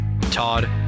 Todd